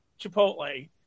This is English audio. Chipotle